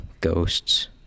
ghosts